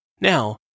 Now